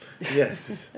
Yes